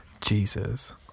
Jesus